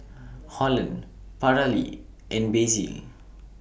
Holland Paralee and Basil